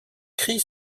cris